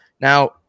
Now